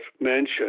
mentioned